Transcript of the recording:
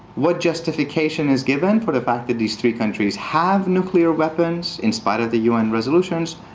what justification has given for the fact that these three countries have nuclear weapons in spite of the un resolutions?